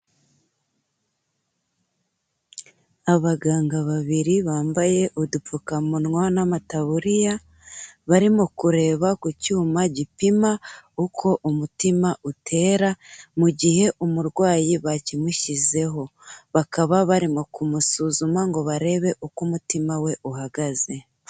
Abaganga babiri bambaye udupfukamunwa n'amataburiya barimo kureba ku cyuma gipima uko umutima utera mu gihe umurwayi bakimushyizeho, bakaba barimo kumusuzuma ngo barebe uko umutima we uhagaze.